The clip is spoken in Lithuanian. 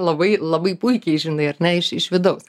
labai labai puikiai žinai ar ne iš iš vidaus